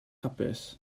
hapus